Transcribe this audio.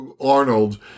Arnold